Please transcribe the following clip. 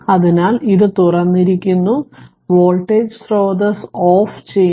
അതിനാൽ ഇത് തുറന്നിരിക്കുന്നു വോൾട്ടേജ് സ്രോതസ്സ് ഓഫ് ചെയ്യണം